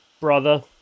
brother